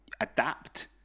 adapt